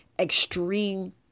extreme